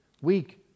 Weak